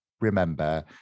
remember